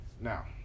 Now